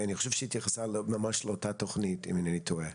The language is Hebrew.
אני חושב שהיא התייחסה ממש לאותה תוכנית אם אינני טועה.